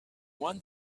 one